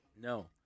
no